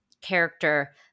character